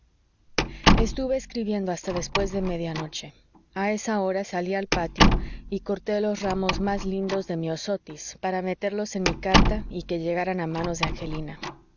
estuvo escribiendo hasta después de media noche a esa hora salí al patio y corté los ramos más lindos de myosotis para meterlos en mi carta y que llegaran a manos de angelina